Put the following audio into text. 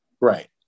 right